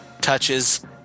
touches